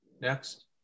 next